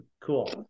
Cool